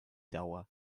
dauer